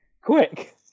quick